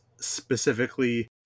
specifically